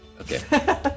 Okay